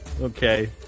Okay